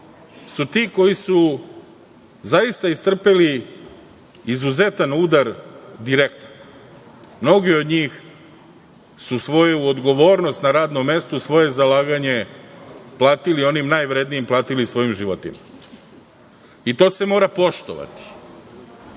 su ti koji su zaista istrpeli izuzetan udar direktno. Mnogi od njih su svoju odgovornost na radnom mestu, svoje zalaganje platili onim najvrednijim, platili svojim životima. To se mora poštovati.